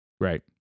Right